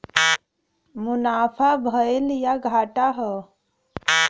मुनाफा भयल या घाटा हौ